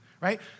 right